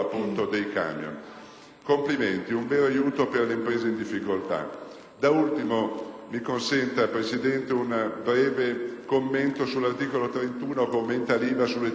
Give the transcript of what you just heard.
Complimenti: un vero aiuto alle imprese in difficoltà! Da ultimo mi consenta, Presidente, un breve commento sull'articolo 31, che aumenta l'IVA sulle tv satellitari.